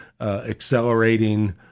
accelerating